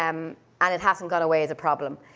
um and it hasn't gone away as a problem.